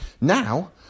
Now